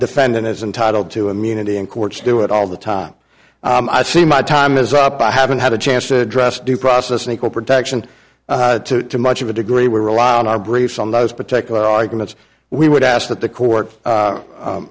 defendant is entitled to immunity and courts do it all the time i see my time is up i haven't had a chance to address due process and equal protection to much of a degree we rely on our briefs on those particular arguments we would ask that the court